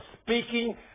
speaking